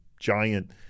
giant